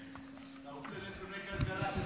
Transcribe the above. אתה רוצה נתוני כלכלה של 2023-2022?